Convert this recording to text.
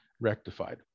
rectified